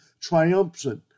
triumphant